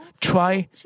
try